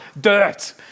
dirt